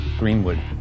Greenwood